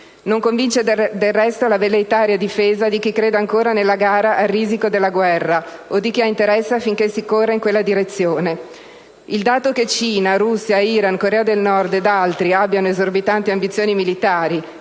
Non convince, del resto, la velleitaria difesa di chi crede ancora nella gara a «Risiko» della guerra o di chi ha interesse affinché si corra in quella direzione. Il dato che Cina, Russia, Iran, Corea del Nord ed altri abbiano esorbitanti ambizioni militari